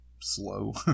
slow